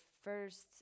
first